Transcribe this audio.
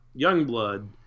Youngblood